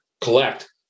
collect